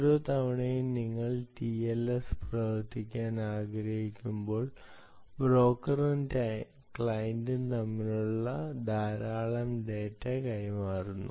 ഓരോ തവണയും നിങ്ങൾ ടിഎൽഎസ് പ്രവർത്തിപ്പിക്കാൻ ആഗ്രഹിക്കുമ്പോൾ ബ്രോക്കറും ക്ലയന്റും തമ്മിൽ ധാരാളം ഡാറ്റ കൈമാറുന്നു